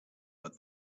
but